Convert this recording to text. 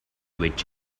which